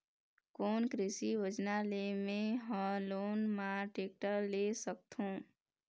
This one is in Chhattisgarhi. कोन कृषि योजना ले मैं हा लोन मा टेक्टर ले सकथों?